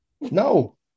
No